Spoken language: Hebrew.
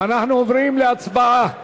אנחנו עוברים להצבעה.